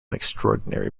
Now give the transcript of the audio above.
extraordinary